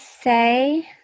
say